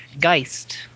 Geist